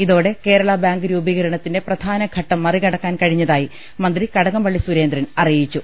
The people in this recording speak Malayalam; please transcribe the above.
ഇതോടെ കേരള ബാങ്ക് രൂപീകരണത്തിന്റെ പ്രധാന ഘട്ടം മറി കടക്കാൻ കഴിഞ്ഞതായി മന്ത്രി കടകംപള്ളി സുരേന്ദ്രൻ അറിയിച്ചു